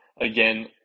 Again